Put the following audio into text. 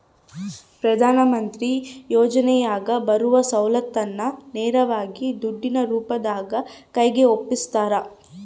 ಪ್ರಧಾನ ಮಂತ್ರಿ ಯೋಜನೆಯಾಗ ಬರುವ ಸೌಲತ್ತನ್ನ ನೇರವಾಗಿ ದುಡ್ಡಿನ ರೂಪದಾಗ ಕೈಗೆ ಒಪ್ಪಿಸ್ತಾರ?